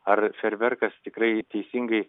ar fejerverkas tikrai teisingai